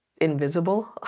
invisible